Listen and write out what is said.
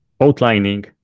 outlining